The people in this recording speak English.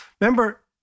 Remember